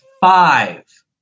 five